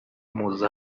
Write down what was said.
muza